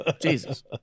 Jesus